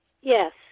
Yes